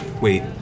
Wait